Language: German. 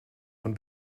von